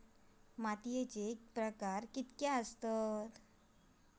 मातीचे प्रकार कितके आसत?